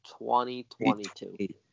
2022